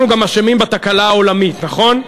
אנחנו גם אשמים בתקלה העולמית, נכון?